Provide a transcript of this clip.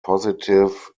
positive